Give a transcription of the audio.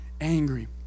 angry